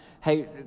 Hey